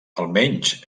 almenys